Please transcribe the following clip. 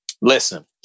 listen